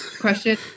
question